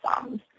songs